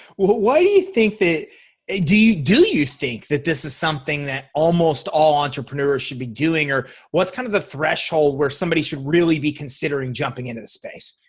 why do you think they do. do you think that this is something that almost all entrepreneurs should be doing or what's kind of the threshold where somebody should really be considering jumping into this space?